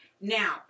Now